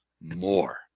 more